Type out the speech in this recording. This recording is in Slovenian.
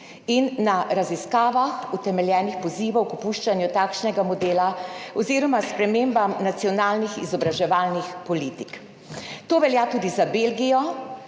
in na raziskavah utemeljenih pozivov k opuščanju takšnega modela oziroma sprememb nacionalnih izobraževalnih politik. To velja tudi za Belgijo,